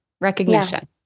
recognition